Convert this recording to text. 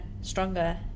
stronger